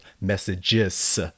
messages